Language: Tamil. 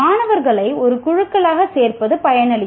மாணவர்களை ஒரு குழுக்களாக சேர்ப்பது பயனளிக்கும்